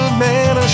man